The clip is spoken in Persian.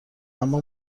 اما